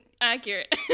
Accurate